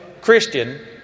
Christian